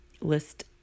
list